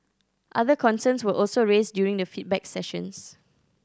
other concerns were also raised during the feedback sessions